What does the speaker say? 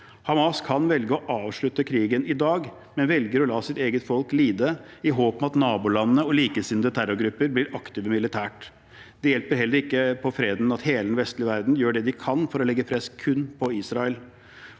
Hamas kan velge å avslutte krigen i dag, men velger å la sitt eget folk lide, i håp om at nabolandene og likesinnede terrorgrupper blir aktive militært. Det hjelper heller ikke på freden at hele den vestlige verden gjør det de kan for å legge press på kun Israel.